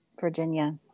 Virginia